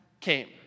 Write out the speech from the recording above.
came